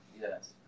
yes